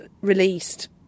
released